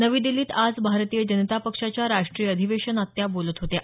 नवी दिल्लीत आज भारतीय जनता पक्षाच्या राष्ट्रीय अधिवेशनात त्या बोलत होत्या